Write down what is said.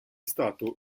stato